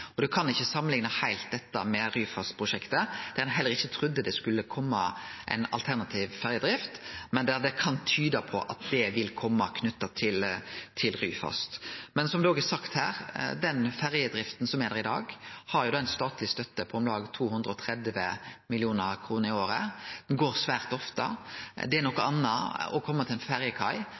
Og ein kan ikkje samanlikne dette heilt med Ryfast-prosjektet, der me heller ikkje trudde det skulle kome ei alternativ ferjedrift, men det kan det tyde på vil kome knytt til Ryfast. Men som det òg er sagt her: Den ferjedrifta som er der i dag, har ei statleg støtte på om lag 230 mill. kr i året og går svært ofte. Det er noko anna å kome til ei ferjekai der ein